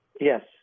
Yes